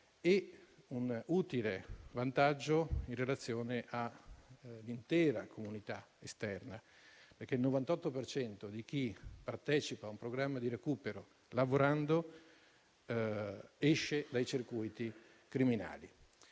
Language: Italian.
e un utile vantaggio anche in relazione all'intera comunità esterna, perché il 98 per cento di chi partecipa a un programma di recupero, lavorando, esce dai circuiti criminali.